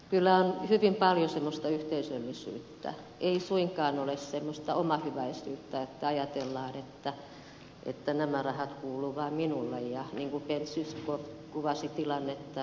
kyllä on hyvin paljon semmoista yhteisöllisyyttä ei suinkaan ole semmoista omahyväisyyttä että ajatellaan että nämä rahat kuuluvat vain minulle niin kuin ben zyskowicz kuvasi tilannetta